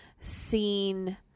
seen